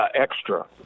extra